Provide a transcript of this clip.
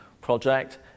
project